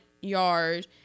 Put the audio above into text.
yard